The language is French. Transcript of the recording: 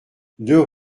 deux